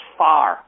far